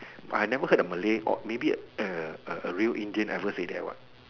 but I never heard a Malay or maybe a A real Indian saying ever that what